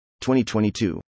2022